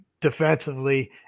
defensively